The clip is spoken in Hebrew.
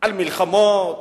על מלחמות,